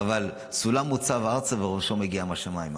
אבל "סֻלם מֻצב ארצה וראשו מגיע השמימה".